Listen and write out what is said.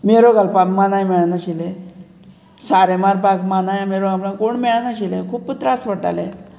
मेरो घालपाक मानाय मेळनाशिल्लें सारें मारपाक मानाय मेरो आपणाक कोण मेळनाशिल्लें खूब त्रास पडटालें